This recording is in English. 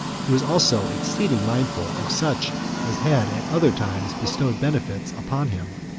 he was also exceeding mindful of such as had at other times bestowed benefits upon him.